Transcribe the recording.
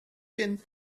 gen